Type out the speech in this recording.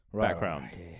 background